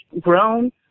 grown